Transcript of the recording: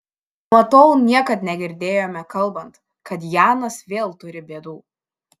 nuo tol niekad negirdėjome kalbant kad janas vėl turi bėdų